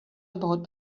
about